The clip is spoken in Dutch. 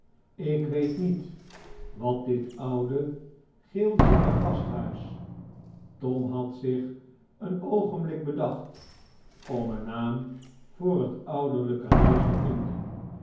ik weet niet wat dit oude geelzieke gasthuis tom had zich een oogenblik bedacht om een naam voor het ouderlijke huis te vinden